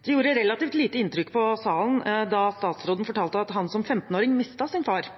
Det gjorde relativt lite inntrykk på salen da statsråden fortalte at han som 15-åring mistet sin far,